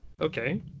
Okay